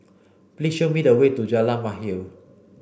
please show me the way to Jalan Mahir